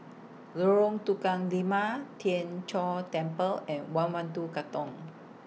Lorong Tukang Lima Tien Chor Temple and one one two Katong